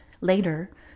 Later